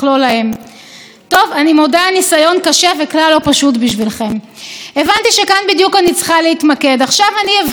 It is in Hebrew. עכשיו אני אבחן את רמת הנימוס שאפיינה את תגובות מחנה השמאל.